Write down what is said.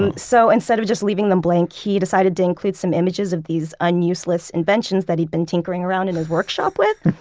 and so instead of just leaving them blank he just decided to include some images of these un-useless inventions that he'd been tinkering around in his workshop with.